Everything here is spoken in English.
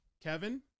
Kevin